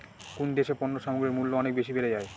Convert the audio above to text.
কোন দেশে পণ্য সামগ্রীর মূল্য অনেক বেশি বেড়ে যায়?